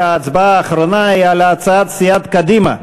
ההצבעה האחרונה היא על הצעת סיעת קדימה.